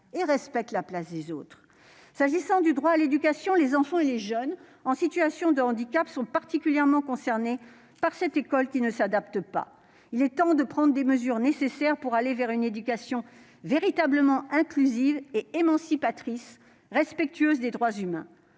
doit respecter celle des autres. En matière de droit à l'éducation, les enfants et les jeunes en situation de handicap sont particulièrement concernés par cette école qui ne s'adapte pas. Il est temps de prendre les mesures nécessaires pour aller vers une éducation véritablement inclusive et émancipatrice, respectueuse des droits humains.